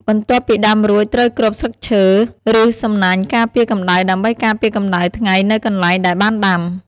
បន្ទាប់ពីដាំរួចត្រូវគ្របស្លឹកឈើ ឬសំណាញ់ការពារកម្ដៅដើម្បីការពារកម្ដៅថ្ងៃនៅកន្លែង ដែលបានដាំ។